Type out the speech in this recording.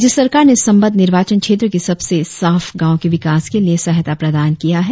राज्य सरकार ने सबंध निर्वाचन क्षेत्र के सबसे साफ गांव के विकास के लिए सहायता प्रदान किया है